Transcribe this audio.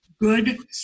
good